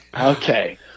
Okay